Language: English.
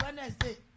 Wednesday